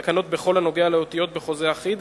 תקנות בכל הנוגע לאותיות בחוזה אחיד,